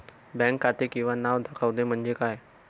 Bank खाते किंवा नाव दाखवते म्हणजे काय?